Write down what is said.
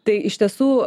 tai iš tiesų